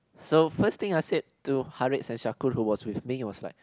so first thing I said to Harris and Shaku who was with me was like